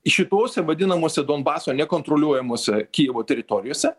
šitose vadinamose donbaso nekontroliuojamose kijevo teritorijose